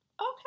Okay